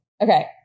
Okay